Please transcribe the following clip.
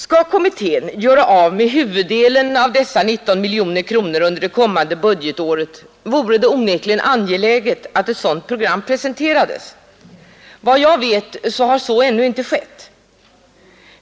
Skall kommittén göra av med huvuddelen av dessa 19 miljoner kronor under det kommande budgetåret vore det onekligen angeläget att ett sådant program presenterades. Enligt vad jag vet har så ännu inte skett.